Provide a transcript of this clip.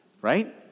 right